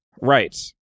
Right